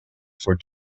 for